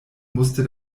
musste